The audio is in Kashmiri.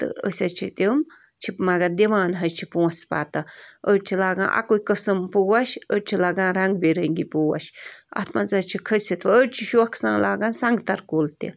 تہٕ أسۍ حظ چھِ تِم چھِ مگر دِوان حظ چھِ پۄنٛسہٕ پتہٕ أڑۍ چھِ لاگان اَکُے قٕسٕم پوش أڑۍ چھِ لگان رنٛگ بہِ رنٛگی پوش اَتھ منٛز حظ چھِ کھٔسِتھ أڑۍ چھِ شوقہٕ سان لاگان سنٛگتر کُل تہِ